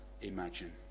imagine